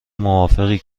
موافقی